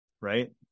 Right